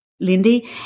Lindy